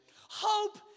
Hope